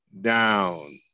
down